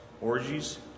orgies